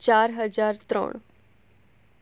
ચાર હજાર ત્રણ